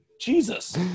Jesus